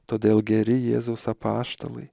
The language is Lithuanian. todėl geri jėzaus apaštalai